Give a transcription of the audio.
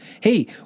hey